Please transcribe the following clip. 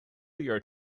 your